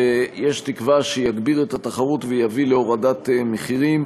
שיש תקווה שיגביר את התחרות ויביא להורדת מחירים.